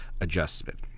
adjustment